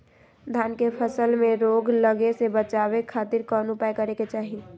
धान के फसल में रोग लगे से बचावे खातिर कौन उपाय करे के चाही?